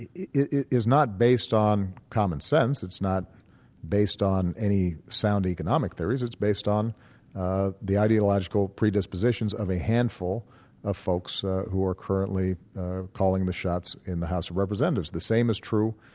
is not based on common sense, it's not based on any sound economic theories. it's based on ah the ideological predispositions of a handful of folks who are currently calling the shots in the house of representatives. the same is true,